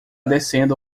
descendo